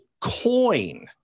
coin